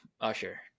Usher